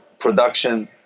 production